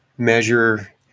Measure